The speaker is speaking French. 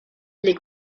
les